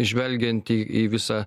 žvelgiant į į visą